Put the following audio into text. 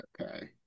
Okay